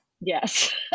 Yes